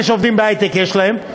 אלה שעובדים בהיי-טק יש להם.